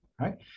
right